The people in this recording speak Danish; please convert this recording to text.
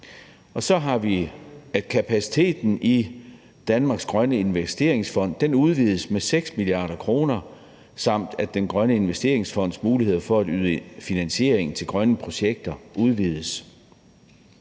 Så udvides kapaciteten i Danmarks Grønne Investeringsfond med 6 mia. kr., og Danmarks Grønne Investeringsfonds muligheder for at yde finansiering til grønne projekter udvides.